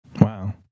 Wow